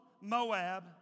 Moab